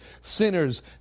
sinners